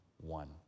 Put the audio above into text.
one